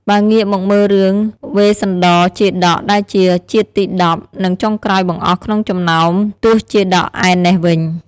បើងាកមកមើលរឿងវេស្សន្តរជាតកដែលជាជាតិទី១០ និងចុងក្រោយបង្អស់ក្នុងចំណោមទសជាតកឯណេះវិញ។